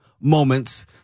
moments